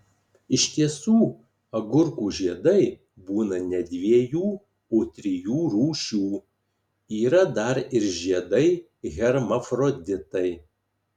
iš tiesų agurkų žiedai būna ne dviejų o trijų rūšių yra dar ir žiedai hermafroditai